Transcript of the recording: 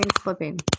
flipping